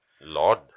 Lord